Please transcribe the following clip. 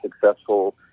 successful